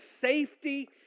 safety